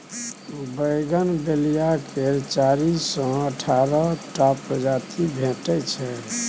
bougainvillea केर चारि सँ अठारह टा प्रजाति भेटै छै